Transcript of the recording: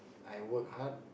I work hard